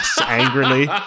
angrily